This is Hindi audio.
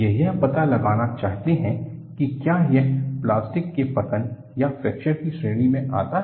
वे यह पता लगाना चाहते हैं कि क्या यह प्लास्टिक के पतन या फ्रैक्चर की श्रेणी में आता है